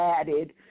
added